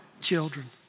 children